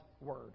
Word